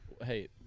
hey